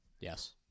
Yes